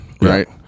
right